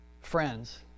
friends